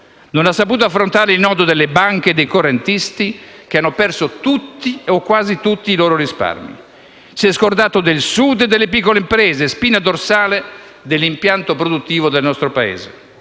non ha saputo affrontare il nodo delle banche e dei correntisti che hanno perso tutti o quasi tutti i loro risparmi, si è scordato del Sud e delle piccole imprese, spina dorsale dell'impianto produttivo del nostro Paese.